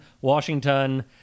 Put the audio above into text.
Washington